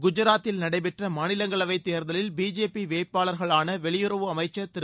குஜராத்தில் நடைபெற்ற மாநிலங்களவைத் தேர்தலில் பிஜேபி வேட்பாளர்களான வெளியுறவு அமைச்சர் திரு